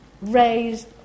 raised